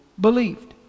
believed